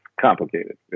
complicated